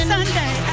Sunday